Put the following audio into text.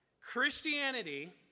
Christianity